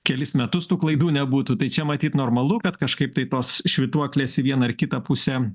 kelis metus tų klaidų nebūtų tai čia matyt normalu kad kažkaip tai tos švytuoklės į vieną ar kitą pusę